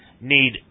need